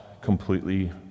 completely